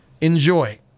Enjoy